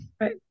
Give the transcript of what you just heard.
Right